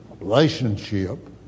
relationship